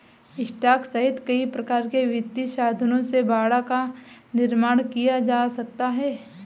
stock सहित कई प्रकार के वित्तीय साधनों से बाड़ा का निर्माण किया जा सकता है